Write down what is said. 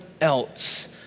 else